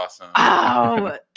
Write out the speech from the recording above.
awesome